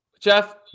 Jeff